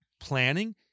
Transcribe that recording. planning